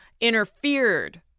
interfered